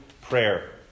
prayer